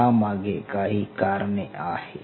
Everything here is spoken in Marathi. त्यामागे काही कारणे आहेत